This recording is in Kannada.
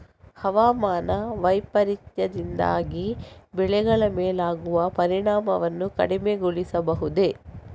ಹವಾಮಾನ ವೈಪರೀತ್ಯದಿಂದಾಗಿ ಬೆಳೆಗಳ ಮೇಲಾಗುವ ಪರಿಣಾಮವನ್ನು ಕಡಿಮೆಗೊಳಿಸಬಹುದೇ?